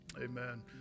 Amen